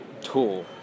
tool